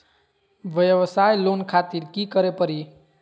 वयवसाय लोन खातिर की करे परी?